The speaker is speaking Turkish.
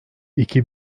iki